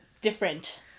different